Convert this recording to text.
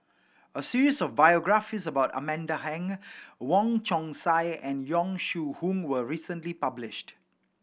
a series of biographies about Amanda Heng Wong Chong Sai and Yong Shu Hoong was recently published